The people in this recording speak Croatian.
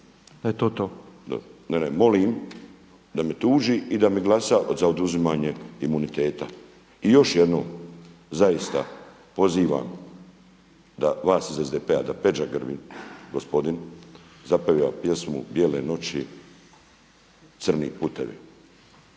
Miro (MOST)** Ne. Molim da me tuži i da mi glasa za oduzimanje imuniteta. I još jedno zaista, pozivam vas iz SDP-a da Peđa Grbin gospodin zapjeva pjesmu „Bijele noći, crni putevi“.